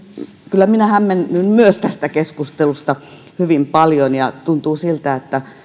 kyllä minä hämmennyn myös tästä keskustelusta hyvin paljon tuntuu siltä että